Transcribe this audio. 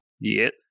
Yes